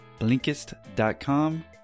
Blinkist.com